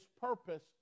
purpose